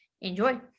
enjoy